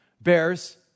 bears